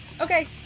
Okay